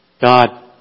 God